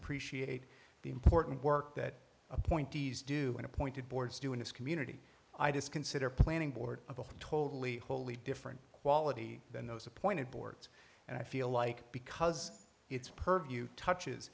appreciate the important work that appointees do and appointed boards do in this community i just consider planning board of a totally wholly different quality than those appointed boards and i feel like because it's a purview touches